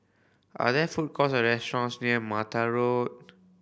are there food courts or restaurants near Mattar Road